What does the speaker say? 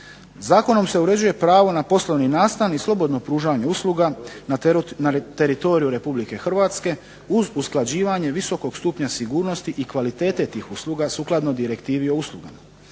Zakonom se uređuje pravo na poslovni nastan i slobodno pružanje usluga na teritoriju Republike Hrvatske uz usklađivanje visokog stupnja sigurnosti i kvalitete tih usluga sukladno Direktivi o uslugama.